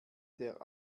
der